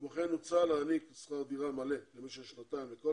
כמו כן הוצע להעניק שכר דירה מלא למשך שנתיים לכל